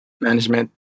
management